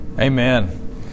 Amen